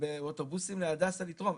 באוטובוסים להדסה לתרום.